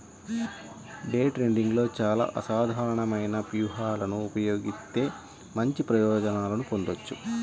day ట్రేడింగ్లో చానా అసాధారణమైన వ్యూహాలను ఉపయోగిత్తే మంచి ప్రయోజనాలను పొందొచ్చు